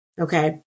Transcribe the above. okay